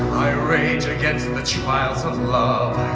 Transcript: i rage against the trials of love.